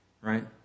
right